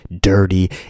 dirty